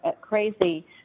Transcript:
crazy